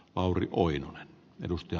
arvoisa puhemies